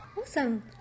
Awesome